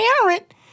parent